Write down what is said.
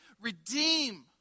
redeem